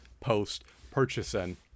post-purchasing